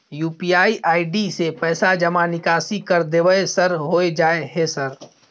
UPI ID से पैसा जमा निकासी कर देबै सर होय जाय है सर?